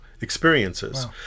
experiences